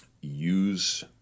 use